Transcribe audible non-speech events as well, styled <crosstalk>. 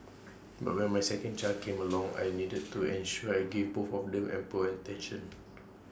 <noise> but when my second child came along I needed to ensure I gave both of them ample attention